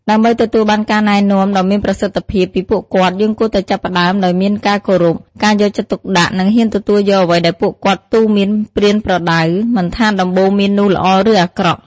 ដើម្បីទទួលបានការណែនាំដ៏មានប្រសិទ្ធភាពពីពួកគាត់ យើងគួរតែចាប់ផ្ដើមដោយមានការគោរព ការយកចិត្តទុកដាក់និងហ៊ានទទួលយកអ្វីដែលពួកគាត់ទូន្មានប្រៀនប្រដៅ មិនថាដំបូន្មាននោះល្អឬអាក្រក់។